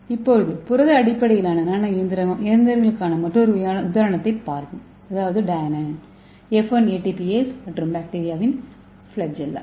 இப்போது புரத அடிப்படையிலான நானோ இயந்திரங்களுக்கான மற்றொரு உதாரணத்தைப் பார்ப்போம் அதாவது டைனைன் F1ATPase மற்றும் பாக்டீரியா ஃபிளாஜெல்லா